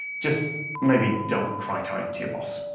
just maybe don't crytype to your boss.